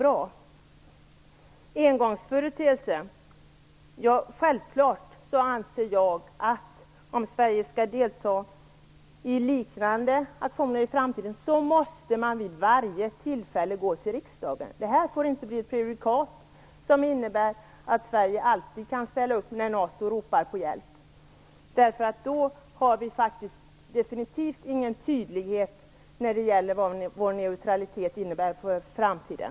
Vad gäller talet om en engångsföreteelse anser jag självklart att man, om Sverige skall delta i liknande aktioner i framtiden, vid varje tillfälle måste vända sig till riksdagen. Detta fall får inte bli ett prejudikat innebärande att Sverige alltid kan ställa upp när NATO ropar på hjälp. Då har vi definitivt ingen tydlighet om innebörden av vår neutralitet för framtiden.